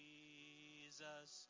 Jesus